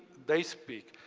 they speak.